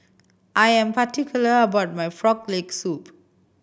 I am particular about my Frog Leg Soup